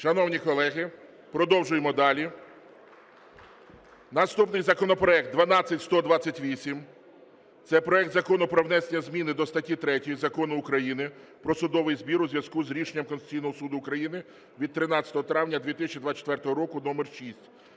Шановні колеги, продовжуємо далі. Наступний законопроект 12128 – це проект Закону про внесення зміни до статті 3 Закону України "Про судовий збір" у зв'язку з Рішенням Конституційного Суду України від 13 травня 2024 року №